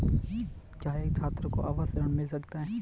क्या एक छात्र को आवास ऋण मिल सकता है?